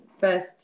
first